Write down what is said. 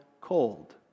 cold